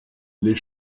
les